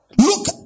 Look